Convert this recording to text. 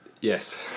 Yes